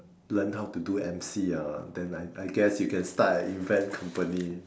learn how to do M_C ah then I I guess you can start a event company